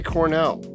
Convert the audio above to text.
Cornell